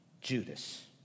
Judas